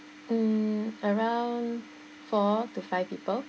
mm around four to five people